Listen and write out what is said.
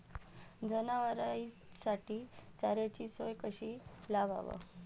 जनावराइसाठी चाऱ्याची सोय कशी लावाव?